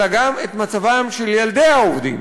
אלא גם את מצבם של ילדי העובדים,